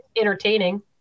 entertaining